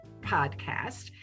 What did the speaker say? podcast